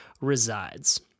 resides